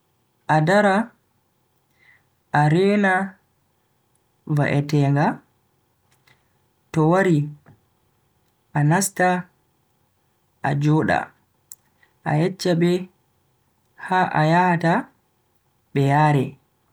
A dara a rena va'etenga, to wari a nasta a joda a yeccha be ha a ayahata be yare.